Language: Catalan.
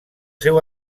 seu